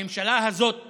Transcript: הממשלה הזאת כשלה,